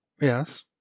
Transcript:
Yes